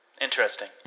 Interesting